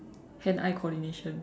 hand eye coordination